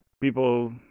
people